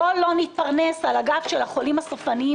בואו לא נתפרנס על הגב של החולים הסופניים